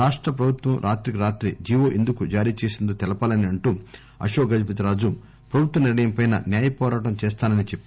రాష్ట ప్రభుత్వం రాత్రికి రాత్రి జిఒ ఎందుకు జారీ చేసిందో తెలపాలని అంటూ అశోక్ గజపతి రాజు ప్రభుత్వ నిర్ణయం పై న్యాయపోరాటం చేస్తానని చెప్పారు